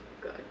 good